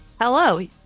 Hello